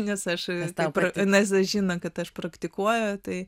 nes aš žino kad aš praktikuoju